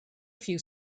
few